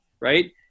right